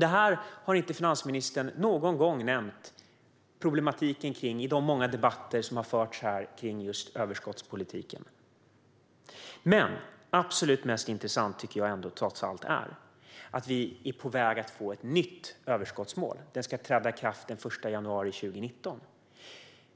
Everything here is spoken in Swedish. Denna problematik har finansministern inte någon gång nämnt i de många debatter som har förts kring överskottspolitiken. Absolut mest intressant tycker jag trots allt är att vi är på väg att få ett nytt överskottsmål som ska träda i kraft den 1 januari 2019.